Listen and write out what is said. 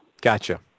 Gotcha